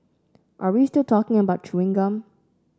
are we still talking about chewing gum